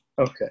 Okay